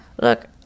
Look